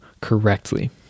correctly